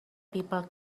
people